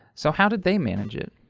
so how did they manage it?